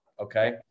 okay